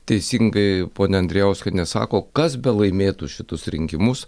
teisingai ponia andrijauskienė sako kas be laimėtų šitus rinkimus